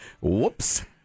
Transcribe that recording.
Whoops